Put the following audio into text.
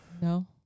No